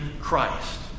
Christ